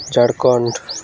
Jharkhand